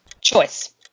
Choice